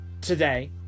Today